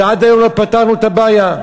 ועד היום לא פתרנו את הבעיה.